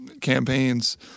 campaigns –